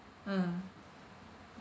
ah